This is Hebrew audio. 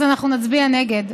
אנחנו נצביע נגד.